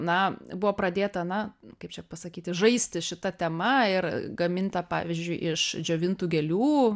na buvo pradėta na kaip čia pasakyti žaisti šita tema ir gaminta pavyzdžiui iš džiovintų gėlių